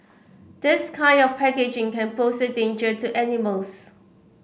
this kind of packaging can pose a danger to animals